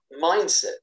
mindset